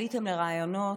עליתם לראיונות,